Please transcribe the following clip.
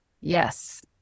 Yes